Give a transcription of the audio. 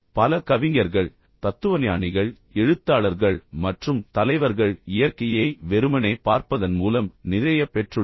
பல கவிஞர்கள் தத்துவஞானிகள் எழுத்தாளர்கள் மற்றும் தலைவர்கள் இயற்கையை வெறுமனே பார்ப்பதன் மூலம் நிறைய பெற்றுள்ளனர்